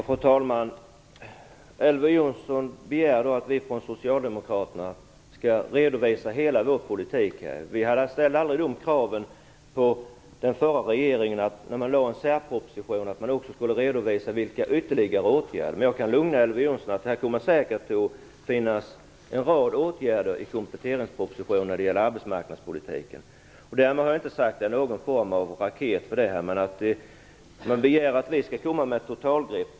Fru talman! Elver Jonsson begär att vi från Socialdemokraterna skall redovisa hela vår politik. Vi ställde aldrig krav på den förra regeringen att också redovisa ytterligare åtgärder när man lade fram en särproposition. Jag kan lugna Elver Jonsson med att det säkert kommer att finnas en rad åtgärder när det gäller arbetsmarknadspolitiken i kompletteringspropositionen. Därmed har jag inte sagt att det är någon form av raket. Man begär att vi skall komma med ett totalgrepp.